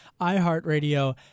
iHeartRadio